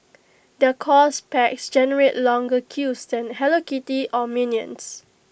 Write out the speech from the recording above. their course packs generate longer queues than hello kitty or minions